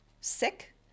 sick